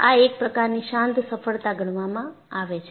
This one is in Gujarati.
આ એક પ્રકારની શાંત સફળતા ગણવામાં આવે છે